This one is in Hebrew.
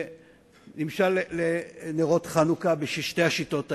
בנמשל לנרות חנוכה בשתי השיטות האלה.